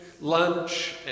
lunch